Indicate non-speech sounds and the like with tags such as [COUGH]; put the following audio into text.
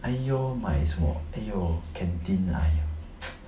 !aiyo! 买什么 !aiyo! canteen ah [NOISE]